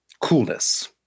coolness